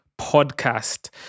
podcast